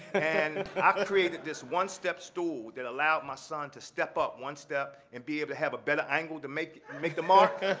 and i ah created this one step stool that allowed my son to step up one step and be able to have a better angle to make and make the mark.